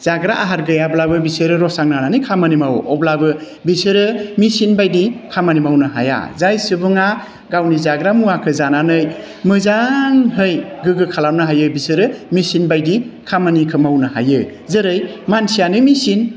जाग्रा आहार गैयाब्लाबो बिसोरो रसा नांनानै खामानि मावो अब्लाबो बिसोरो मेसिनबायदि खामानि मावनो हाया जाय सुबुङा गावनि जाग्रा मुवाखौ जानानै मोजांहै गोग्गो खालामनो हायो बिसोरो मेसिन बायदि खामानिखौ मावनो हायो जेरै मानसियानो मेसिन